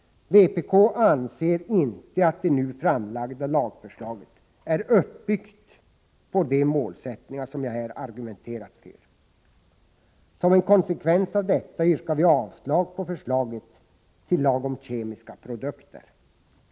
Vpk anser inte att det nu framlagda lagförslaget är uppbyggt på de målsättningar som jag här argumenterat för. Som en konsekvens av detta yrkar vi avslag på förslaget till lag om kemiska produkter.